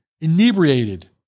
inebriated